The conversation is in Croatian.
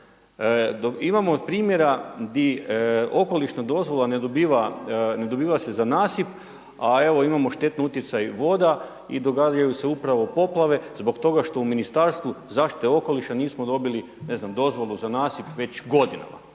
Imamo primjera gdje okolišnu dozvolu ne dobiva se za nasip, a imamo štetni utjecaj voda i događaju se upravo poplave zbog toga što u Ministarstvu zaštite okoliša nismo dobili dozvolu za nasip već godinama,